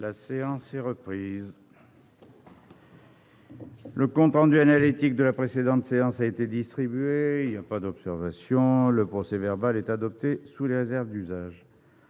La séance est ouverte. Le compte rendu analytique de la précédente séance a été distribué. Il n'y a pas d'observation ?... Le procès-verbal est adopté sous les réserves d'usage.